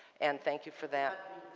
and thank you for that.